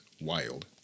wild